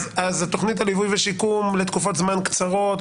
תוכנית הליווי והשיקום לתקופות זמן קצרות,